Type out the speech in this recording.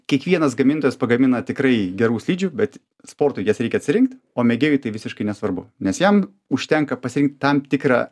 kiekvienas gamintojas pagamina tikrai gerų slidžių bet sportui jas reikia atsirinkt o mėgėjui tai visiškai nesvarbu nes jam užtenka pasirinkt tam tikrą